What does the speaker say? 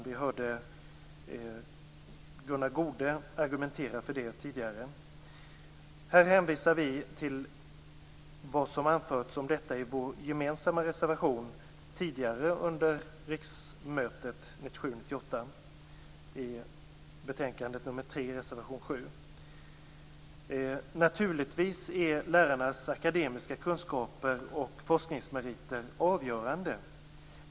Vi hörde tidigare Gunnar Goude argumentera för det. Här hänvisar vi till vad som har anförts om detta i vår gemensamma reservation tidigare under riksmötet Naturligtvis är lärarnas akademiska kunskaper och forskningsmeriter avgörande.